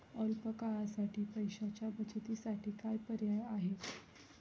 अल्प काळासाठी पैशाच्या बचतीसाठी काय पर्याय आहेत?